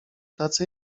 tacy